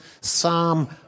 Psalm